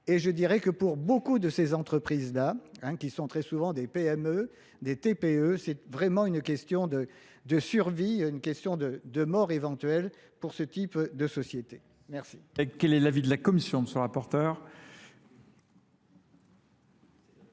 Et je dirais que pour beaucoup de ces entreprises-là, qui sont très souvent des PME, des TPE, c'est vraiment une question de survie, une question de mort éventuelle pour ce type de société. Merci. Quel est l'avis de la Commission de ce rapporteur ?